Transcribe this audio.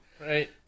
right